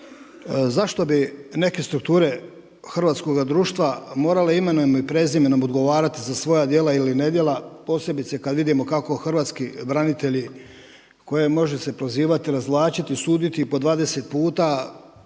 Zašto bi neke strukture hrvatskoga društva morale imenom i prezimenom odgovarati za svoja djela ili nedjela posebice kad vidimo kako hrvatski branitelji koje može se prozivati, razvlačiti, suditi po 20 puta